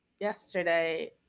yesterday